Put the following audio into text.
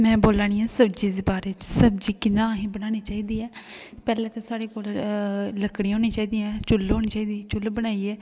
में बोल्ला नी आं सब्ज़ी दे बारै च सब्ज़ी असें कियां बनानी ऐ पर साढ़े लुक्कड़ियां होनियां चाही दियां चुल्ल होनी चाहिदी चुल्ल बनाइयै